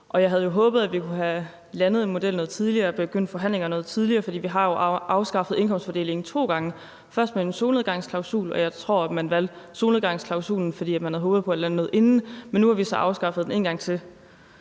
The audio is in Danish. Jeg havde jo håbet, at vi kunne have landet en model noget tidligere og begyndt forhandlingerne noget tidligere, fordi vi jo har afskaffet indkomstfordelingen to gange. Først var det med en solnedgangsklausul, og jeg tror, man valgte solnedgangsklausulen, fordi man havde håbet på at lande noget inden da, men nu har vi så afskaffet den en gang til